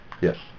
Yes